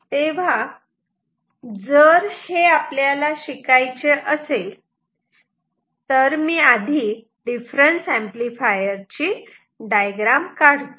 तेव्हा जर आपल्याला शिकायचे असे तर मी आधी डिफरन्स एम्पलीफायर ची डायग्राम काढतो